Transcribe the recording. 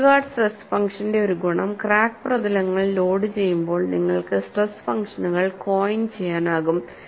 Westergaard stress ഫംഗ്ഷന്റെ ഒരു ഗുണം ക്രാക്ക് പ്രതലങ്ങൾ ലോഡുചെയ്യുമ്പോൾ നിങ്ങൾക്ക് സ്ട്രെസ് ഫംഗ്ഷനുകൾ കോയിൻ ചെയ്യാനാകും